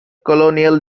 colonial